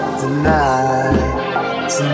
tonight